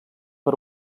per